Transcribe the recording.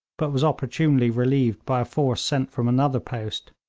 but was opportunely relieved by a force sent from another post.